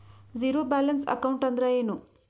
Zero balance account ಅಂದ್ರ ಏನು?